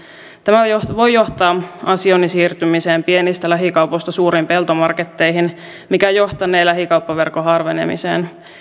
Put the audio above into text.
tämä voi johtaa asioinnin siirtymiseen pienistä lähikaupoista suuriin peltomarketteihin mikä johtanee lähikauppaverkon harvenemiseen